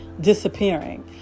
disappearing